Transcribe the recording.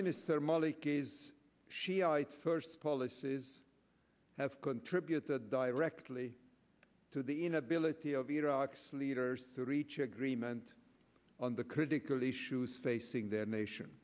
minister maliki's shiite first policies have contributed directly to the inability of iraq's leaders to reach agreement on the critical issues facing the nation